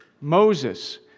Moses